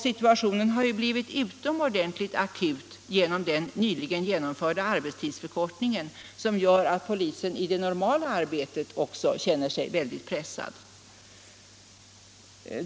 Situationen har blivit utomordentligt akut genom den nyligen genomförda arbetstidsförkortningen, som gör att polisen känner sig pressad också i det normala arbetet.